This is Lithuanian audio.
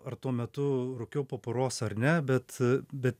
ar tuo metu rūkiau po poros ar ne bet bet